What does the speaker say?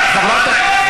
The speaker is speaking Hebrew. את לא יכולה לשקר.